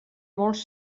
molts